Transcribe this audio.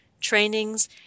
trainings